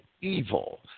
evil